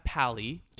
Pally